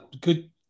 good